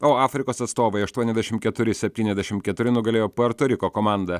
o afrikos atstovai aštuoniasdešim keturi septyniasdešim keturi nugalėjo puerto riko komandą